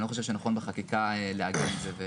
אני לא חושב שנכון בחקיקה לעגן את זה.